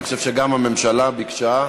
אני חושב שגם הממשלה ביקשה.